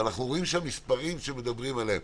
ואנחנו רואים שהמספרים שמדברים עליהם